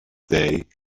day